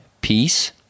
peace